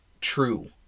true